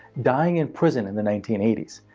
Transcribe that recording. dying in prison in the nineteen eighty s.